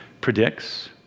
predicts